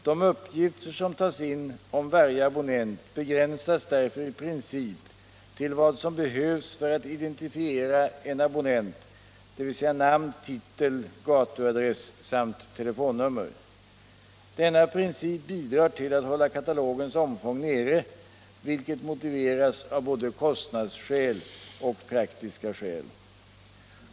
De uppgifter som tas in om varje abonnent begränsas därför i princip till vad som behövs för att identifiera en abonnent, dvs. namn, titel, gatuadress samt telefonnummer. Denna princip bidrar till att hålla katalogens omfång nere, vilket motiveras av både kostnadsskäl och praktiska skäl.